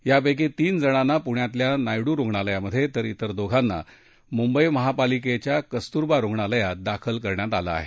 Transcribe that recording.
यापैकी तीनजणांना प्ण्यातल्या नायडु रुग्णालयात तर तिर दोघांना मुंबई महापालिकेच्या कस्तुरबा रुग्णालयात दाखल केलं आहे